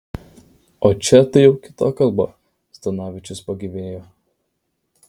o čia tai jau kita kalba zdanavičius pagyvėjo